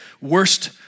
worst